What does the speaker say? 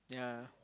yeah